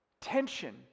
tension